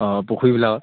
অঁ পুখুৰীবিলাকত